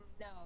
No